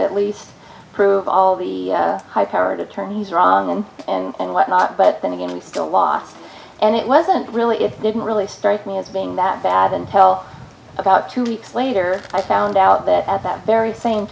at least prove all the high powered attorneys wrong and and what not but then again we still lost and it wasn't really didn't really strike me as being that bad until about two weeks later i found out that at that very same